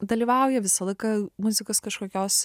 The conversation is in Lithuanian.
dalyvauja visą laiką muzikos kažkokios